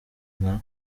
nka